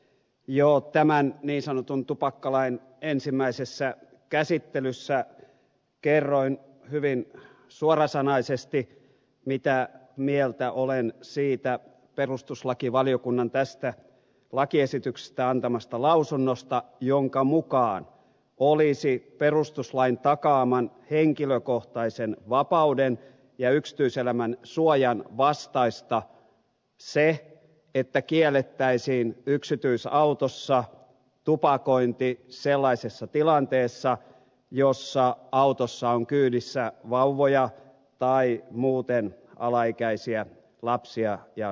jo tämän niin sanotun tupakkalain ensimmäisessä käsittelyssä kerroin hyvin suorasanaisesti mitä mieltä olen siitä perustuslakivaliokunnan tästä lakiesityksestä antamasta lausunnosta jonka mukaan olisi perustuslain takaaman henkilökohtaisen vapauden ja yksityiselämän suojan vastaista se että kiellettäisiin yksityisautossa tupakointi sellaisessa tilanteessa jossa autossa on kyydissä vauvoja tai muuten alaikäisiä lapsia ja nuoria